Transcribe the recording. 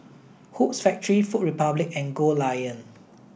Hoops Factory Food Republic and Goldlion